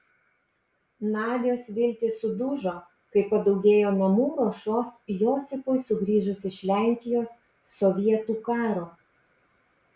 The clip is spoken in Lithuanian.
nadios viltys sudužo kai padaugėjo namų ruošos josifui sugrįžus iš lenkijos sovietų karo